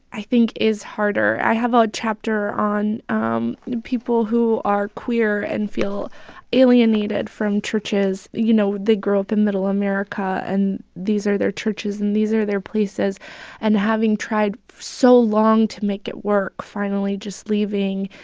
i think, is harder. i have a chapter on um people who are queer and feel alienated from churches. you know, they grew up in middle america. and these are their churches, and these are their places and, having tried so long to make it work, finally just leaving.